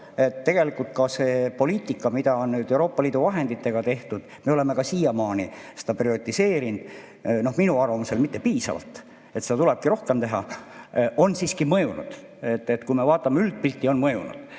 Tegelikult ka see poliitika, mida on Euroopa Liidu vahenditega tehtud – me oleme ka siiamaani seda prioriseerinud, ehkki minu arvamusel mitte piisavalt, seda tulebki rohkem teha –, on siiski mõjunud, kui me vaatame üldpilti, siis see on mõjunud.